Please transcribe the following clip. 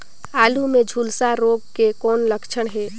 आलू मे झुलसा रोग के कौन लक्षण हे?